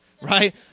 right